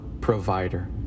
provider